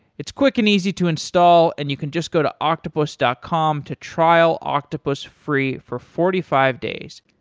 it's quick and easy to install and you can just go to octopus dot com to trial octopus free for forty five days.